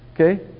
okay